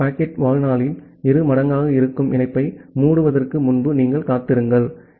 ஆகவே பாக்கெட் வாழ்நாளில் இரு மடங்காக இருக்கும் இணைப்பை மூடுவதற்கு முன்பு நீங்கள் காத்திருங்கள்